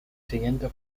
siguiente